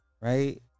right